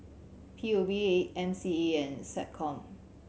P U B A M C E and SecCom